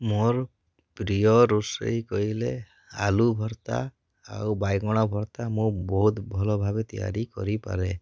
ମୋର ପ୍ରିୟ ରୋଷେଇ କହିଲେ ଆଲୁ ଭର୍ତ୍ତା ଆଉ ବାଇଗଣ ଭର୍ତ୍ତା ମୁଁ ବହୁତ ଭଲ ଭାବେ ତିଆରି କରିପାରେ